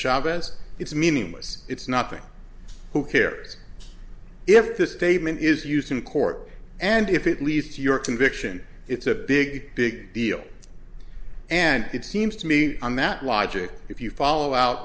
chavez it's meaningless it's not thing who cares if this statement is used in court and if it leaves your conviction it's a big big deal and it seems to me on that logic if you follow out